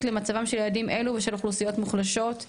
למצבם של ילדים אלו ושל אוכלוסיות מוחלשות.